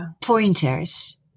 pointers